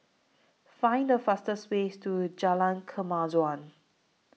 Find The fastest Way to Jalan Kemajuan